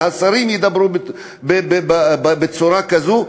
והשרים ידברו בצורה כזאת,